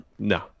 no